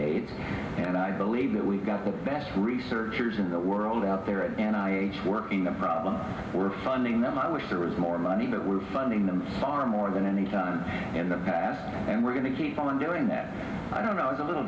aids and i believe that we've got the best researchers in the world out there and i work in the problem we're funding them i wish there was more money but we're funding them far more than any time in the past and we're going to keep on doing that i don't know is a little